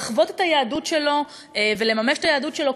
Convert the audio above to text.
לחוות את היהדות שלו ולממש את היהדות שלו,